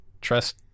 Trust